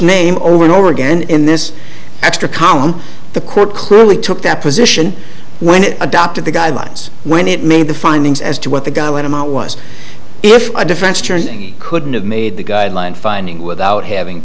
name over and over again in this extra column the court clearly took that position when it adopted the guidelines when it made the findings as to what the guy when i'm out was if a defense attorney couldn't have made the guideline finding without having